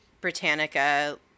Britannica